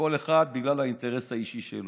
וכל אחד בגלל האינטרס האישי שלו.